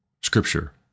scripture